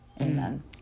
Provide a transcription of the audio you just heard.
Amen